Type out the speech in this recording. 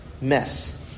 mess